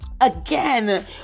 again